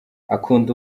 akunda